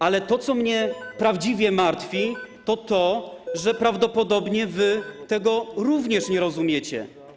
Ale to, co mnie prawdziwie martwi, to to, że prawdopodobnie wy tego również nie rozumiecie.